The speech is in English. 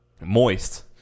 Moist